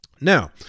Now